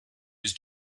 his